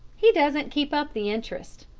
he doesn't keep up the interest.